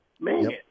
man